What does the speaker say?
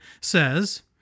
says